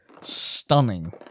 stunning